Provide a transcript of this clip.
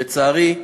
לצערי,